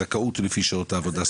הזכאות לפי שעות העבודה,